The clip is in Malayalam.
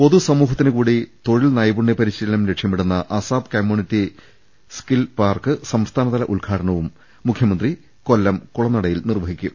പൊതു സമൂഹത്തിന് കൂടി തൊഴിൽ നൈപുണ്യ പരിശീലനം ലക്ഷ്യമിടുന്ന അസാപ് കമ്മ്യൂണിറ്റി സ്കിൽ പാർക്ക് സംസ്ഥാനതല ഉദ്ഘാടനവും മുഖൃമന്ത്രി കൊല്ലം കൂളനടയിൽ നിർവഹിക്കും